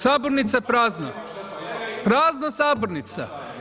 Sabornica je prazna, prazna sabornica.